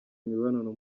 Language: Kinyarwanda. imibonano